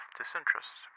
disinterest